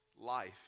life